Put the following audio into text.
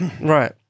right